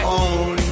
own